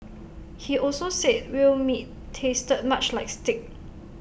he also said whale meat tasted much like steak